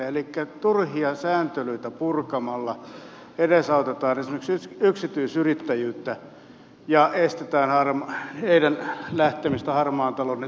elikkä turhia sääntelyitä purkamalla edesautetaan esimerkiksi yksityisyrittäjyyttä ja estetään heidän lähtemistään harmaan talouden tielle